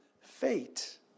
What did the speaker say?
fate